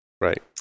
Right